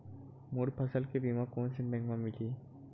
मोर फसल के बीमा कोन से बैंक म मिलही?